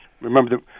Remember